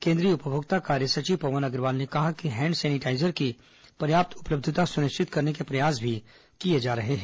केंद्रीय उपभोक्ता कार्य सचिव पवन अग्रवाल ने कहा कि हैंड सेनिटाइजर की पर्याप्त उपलब्धता सुनिश्चित करने के प्रयास भी किये जा रहे हैं